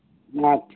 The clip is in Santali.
ᱟᱪᱪᱷᱟ ᱟᱪᱪᱷᱟ